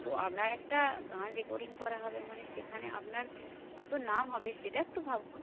তো আপনার একটা গান রেকর্ডিং করা হবে মানে সেখানে আপনার কত নাম হবে সেটা একটু ভাবুন